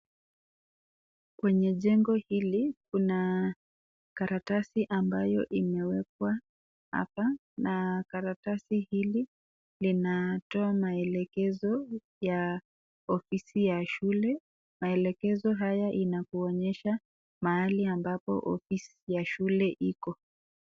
Kwenye jengo hili kuna karatasi ambayo imewekwa hapa na karatasi hili linatoa maelekezo ya ofisi ya shule , maelezo haya inakuonyesha mahali ambapo ofisi ya shule iko.